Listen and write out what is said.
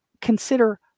consider